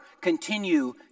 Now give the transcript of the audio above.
continue